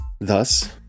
thus